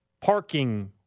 parking